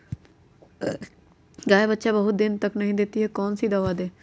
गाय बच्चा बहुत बहुत दिन तक नहीं देती कौन सा दवा दे?